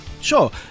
sure